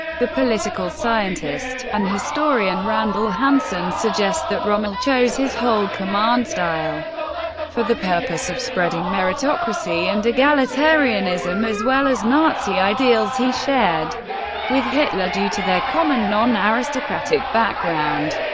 the political scientist and historian randall hansen suggests that rommel chose his whole command style for the purpose of spreading meritocracy and egalitarianism, as well as nazi ideals he shared with hitler due to their common non-aristocratic background.